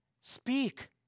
Speak